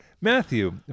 Matthew